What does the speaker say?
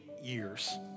years